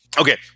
Okay